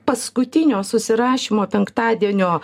paskutinio susirašymo penktadienio